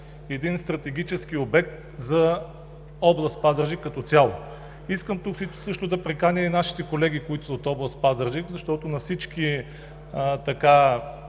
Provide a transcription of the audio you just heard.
един стратегически обект за област Пазарджик като цяло. Искам тук също да приканя и нашите колеги, които са от област Пазарджик, защото на всички